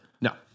No